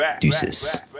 Deuces